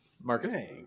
marcus